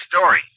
story